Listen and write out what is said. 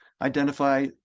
identify